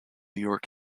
york